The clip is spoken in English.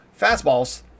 fastballs